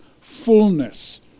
Fullness